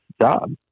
job